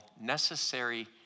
Necessary